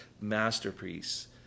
masterpiece